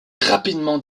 rapidement